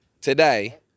Today